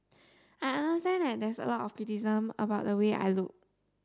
I understand that there's a lot of criticism about the way I look